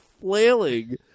flailing